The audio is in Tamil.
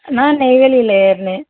நான் நெய்வேலியில ஏறினேன்